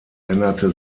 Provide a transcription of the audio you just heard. änderte